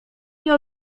nie